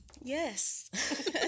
yes